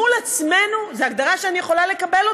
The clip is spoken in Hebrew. מול עצמנו זו הגדרה שאני יכולה לקבל אותה.